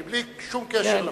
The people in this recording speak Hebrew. בלי שום קשר לחוק.